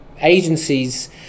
agencies